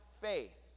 faith